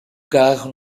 carro